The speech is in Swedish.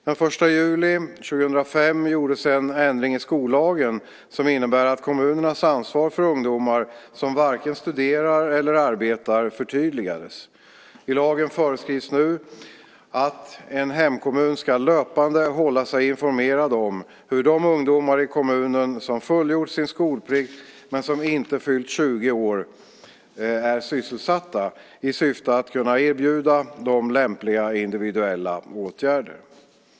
Den 1 juli 2005 gjordes en ändring i skollagen som innebar att kommunernas ansvar för ungdomar som varken studerar eller arbetar förtydligades. I lagen föreskrivs nu att "en hemkommun skall löpande hålla sig informerad om hur de ungdomar i kommunen som fullgjort sin skolplikt men som inte fyllt 20 år är sysselsatta, i syfte att kunna erbjuda dem lämpliga individuella åtgärder".